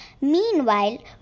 Meanwhile